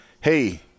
hey